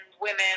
women